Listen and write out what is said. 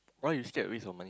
why you scared waste of money